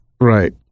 Right